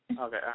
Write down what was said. Okay